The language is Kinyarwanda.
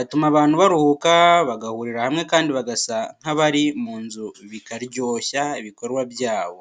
Atuma abantu baruhuka, bagahurira hamwe kandi bagasa nk’abari mu nzu bikaryoshya ibikorwa byabo.